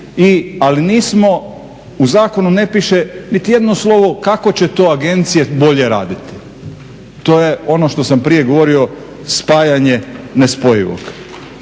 ali nismo, u zakonu ne piše nitijedno slovo kako će to agencije bolje raditi. To je ono što sam prije govorio spajanje nespojivog.